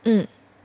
mm